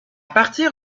partir